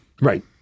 Right